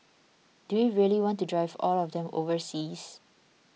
do we really want to drive all of them overseas